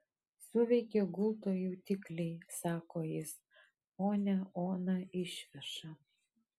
suveikė gulto jutikliai sako jis ponią oną išveža